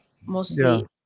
mostly